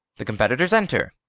the competitors enter.